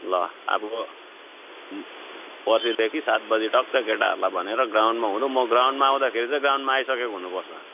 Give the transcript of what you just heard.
ल अब पर्सिदेखि सात बजी टक्कै केटाहरूलाई भनेर ग्राउन्डमा हुनु म ग्राउन्डमा आउँदाखेरि चाहिँ ग्राउन्डमा आइसकेको हुनुपर्छ